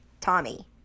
Tommy